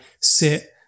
sit